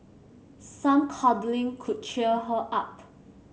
some cuddling could cheer her up